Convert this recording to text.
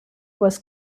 was